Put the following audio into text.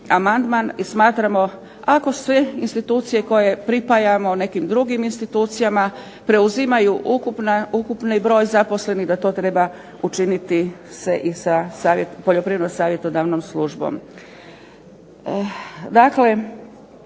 i smatramo ako sve institucije koje pripajamo nekim drugim institucijama preuzimaju ukupni broj zaposlenih da to treba učiniti se i sa Poljoprivredno savjetodavnom službom.